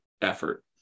effort